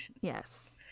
Yes